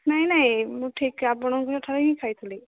ନାହିଁ ନାହିଁ ମୁଁ ଠିକ୍ ଆପଣଙ୍କ ଠାରୁ ହିଁ ଖାଇଥିଲି